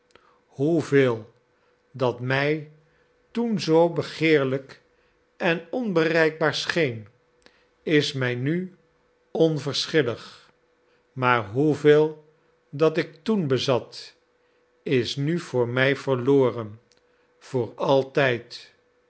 hoeveel dat mij toen zoo begeerlijk en onbereikbaar scheen is mij nu onverschillig maar hoeveel dat ik toen bezat is nu voor mij verloren voor altijd